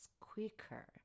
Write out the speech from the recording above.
quicker